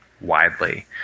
widely